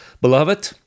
Beloved